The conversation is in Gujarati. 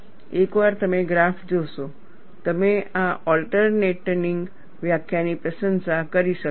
એકવાર તમે ગ્રાફ જોશો તમે આ ઓલટરનેટિનગ વ્યાખ્યાની પ્રશંસા કરી શકશો